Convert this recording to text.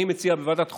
אני מציע בוועדת חוקה,